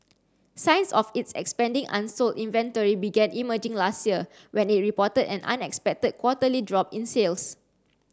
signs of its expanding unsold inventory began emerging last year when it reported an unexpected quarterly drop in sales